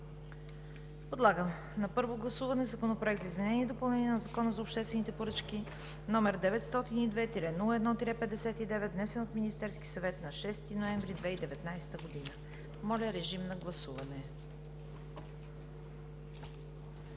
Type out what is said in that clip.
Подлагам на първо гласуване Законопроект за изменение и допълнение на Закона за обществените поръчки, № 902-01-59, внесен от Министерския съвет на 6 ноември 2019 г. Гласували